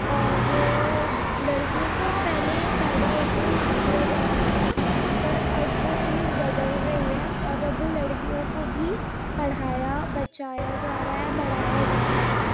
اور لڑکیوں کو پہلے پیدا ہوتے ہی مار دیا جاتا تھا پر اب وہ چیز بدل رہی ہے اور اب لڑکیوں کو بھی پڑھایا بچایا جا رہا ہے بڑھایا جا رہا ہے